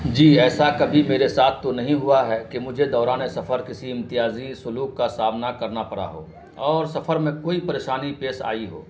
جی ایسا کبھی میرے ساتھ تو نہیں ہوا ہے کہ مجھے دوران سفر کسی امتیازی سلوک کا سامنا کرنا پڑا ہو اور سفر میں کوئی پریشانی پیش آئی ہو